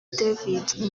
david